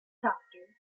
doctor